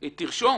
היא תרשום.